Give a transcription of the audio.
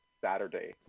Saturday